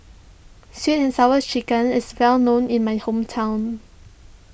Sweet and Sour Chicken is well known in my hometown